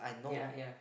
yea yea